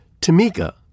Tamika